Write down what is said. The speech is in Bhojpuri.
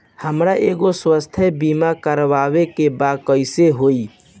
हमरा एगो स्वास्थ्य बीमा करवाए के बा कइसे होई?